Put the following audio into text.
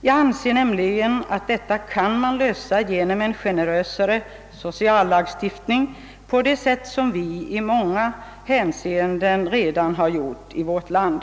Jag anser nämligen att de problemen kan lösas genom en generösare sociallagstiftning, på det sätt som vi i många hänseenden redan har gjort i vårt land.